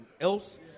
else